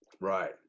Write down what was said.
Right